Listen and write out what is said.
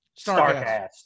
Starcast